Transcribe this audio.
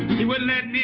he will